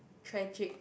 tragic